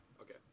Okay